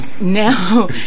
Now